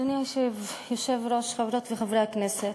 אדוני היושב-ראש, חברות וחברי הכנסת,